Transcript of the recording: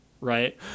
Right